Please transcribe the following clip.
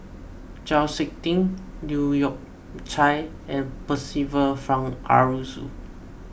Chau Sik Ting Leu Yew Chye and Percival Frank Aroozoo